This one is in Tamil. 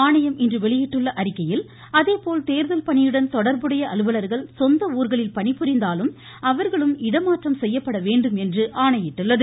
ஆணையம் இன்று வெளியிட்டுள்ள அறிக்கையில் அதேபோல் தேர்தல் பணியுடன் தொடர்புடைய அலுவலர்கள் சொந்த ஊர்களில் பணிபுரிந்தாலும் அவர்களும் இடமாற்றம் செய்யப்பட வேண்டும் என்று ஆணையிட்டுள்ளது